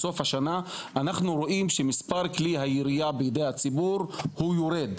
בסוף השנה אנחנו רואים שמספר כלי הירייה בידי הציבור הוא יורד,